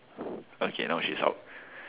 okay no